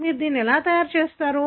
మీరు దీన్ని ఎలా చేస్తారు